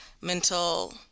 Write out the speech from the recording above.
mental